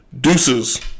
deuces